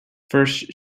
first